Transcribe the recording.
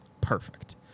Perfect